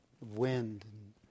wind